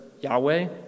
Yahweh